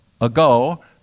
ago